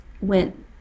went